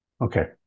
okay